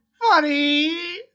funny